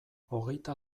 hogeita